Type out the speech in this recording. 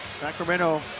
Sacramento